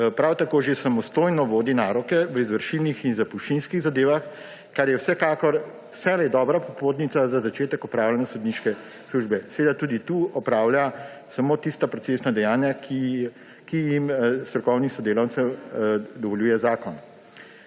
prav tako že samostojno vodi naroke v izvršilnih in zapuščinskih zadevah, kar je vsekakor vselej dobra popotnica za začetek opravljanja sodniške službe. Seveda tudi tu opravlja samo tista procesna dejanja, ki jim strokovnim sodelavcem dovoljuje zakon.